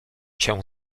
cię